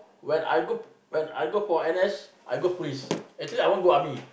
when I go p~ when I go for N_S I got police actually I want go army